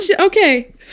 okay